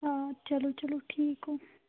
آ چلو چلو ٹھیٖک گوٚو